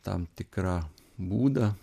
tam tikrą būdą